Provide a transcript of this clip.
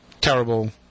terrible